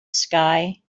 sky